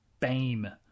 BAME